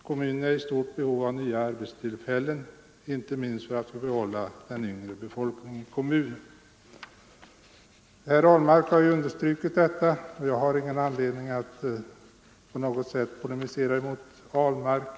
Kommunen är i stort behov av nya arbetstillfällen inte minst för att få behålla den yngre befolkningen i kommunen. Herr Ahlmark har ju understrukit detta, och jag har ingen anledning att på något sätt polemisera mot honom.